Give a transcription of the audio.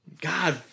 god